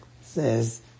says